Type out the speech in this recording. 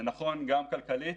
זה נכון גם כלכלית